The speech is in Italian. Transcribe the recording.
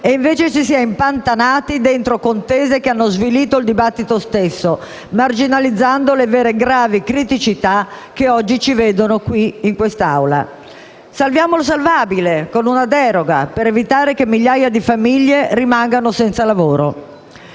e, invece, ci si è impantanati in contese che hanno svilito il dibattito stesso, marginalizzando le vere e gravi criticità che oggi ci vedono in quest'Aula. Salviamo il salvabile con una deroga, per evitare che migliaia di famiglie rimangano senza lavoro.